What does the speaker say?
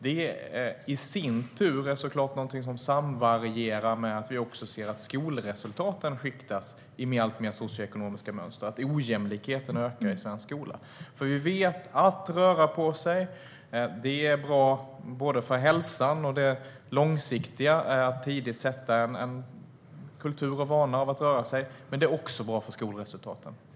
Det är i sin tur någonting som såklart samvarierar med att skolresultaten skiktas i alltmer socioekonomiska mönster - att ojämlikheten ökar i svensk skola. Vi vet att det är bra för hälsan att röra sig, och det långsiktiga är att tidigt sätta en kultur och vana av att röra sig. Det är också bra för skolresultaten.